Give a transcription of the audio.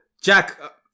Jack